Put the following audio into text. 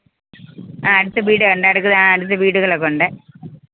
ആ അടുത്ത് വീട് ഉണ്ട് അടുത്ത് ആ അടുത്ത് വീടുകളൊക്കെ ഉണ്ട്